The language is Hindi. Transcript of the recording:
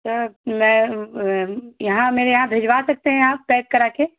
तो मैं यहाँ मेरे यहाँ भेजवा सकते हैं आप पैक करा के